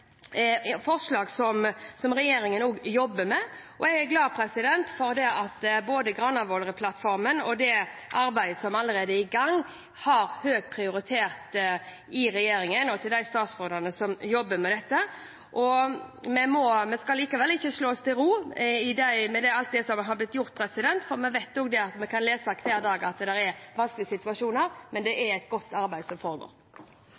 forslag som regjeringen jobber med. Jeg er glad for at både Granavolden-plattformen og det arbeidet som allerede er i gang, har høy prioritet i regjeringen og hos de statsrådene som jobber med dette. Vi skal likevel ikke slå oss til ro med alt det som har blitt gjort, for vi vet at vi hver dag kan lese at det er vanskelige situasjoner. Men det er et godt arbeid som foregår.